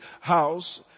house